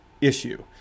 issue